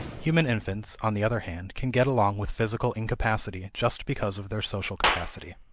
human infants, on the other hand, can get along with physical incapacity just because of their social capacity.